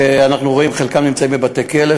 אנחנו רואים שחלקם נמצאים בבתי-כלא,